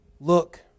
look